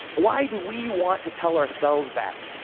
why do we want to tell ourselves that?